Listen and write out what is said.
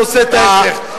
ועושה את ההיפך.